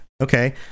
okay